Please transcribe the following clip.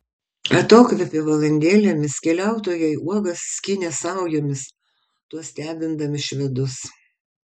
atokvėpio valandėlėmis keliautojai uogas skynė saujomis tuo stebindami švedus